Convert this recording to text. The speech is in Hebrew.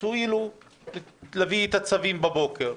תואילו להביא את הצווים בבוקר,